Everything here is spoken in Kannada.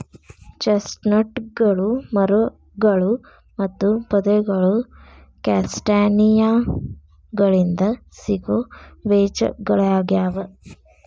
ಚೆಸ್ಟ್ನಟ್ಗಳು ಮರಗಳು ಮತ್ತು ಪೊದೆಗಳು ಕ್ಯಾಸ್ಟಾನಿಯಾಗಳಿಂದ ಸಿಗೋ ಬೇಜಗಳಗ್ಯಾವ